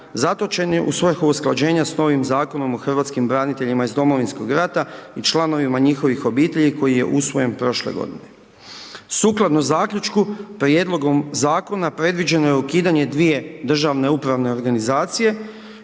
zatočeni u svrhu usklađenja s novim Zakonom o hrvatskih braniteljima iz Domovinskog rata i članovima njihovih obitelji koji je usvojen prošle godine. Sukladno zaključku, prijedlogom Zakona predviđeno je ukidanje dvije državne upravne organizacije